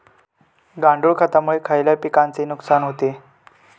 गांडूळ खतामुळे खयल्या पिकांचे नुकसान होते?